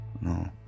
no